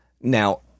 Now